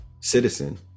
citizen